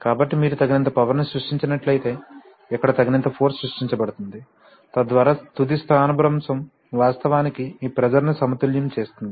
కాబట్టి మీరు తగినంత పవర్ ని సృష్టించినట్లయితే ఇక్కడ తగినంత ఫోర్స్ సృష్టించబడుతుంది తద్వారా తుది స్థానభ్రంశం వాస్తవానికి ఈ ప్రెషర్ ని సమతుల్యం చేస్తుంది